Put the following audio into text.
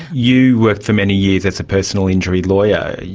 you worked for many years as a personal injury lawyer.